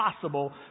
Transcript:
possible